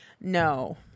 No